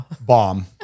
bomb